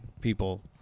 people